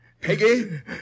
Peggy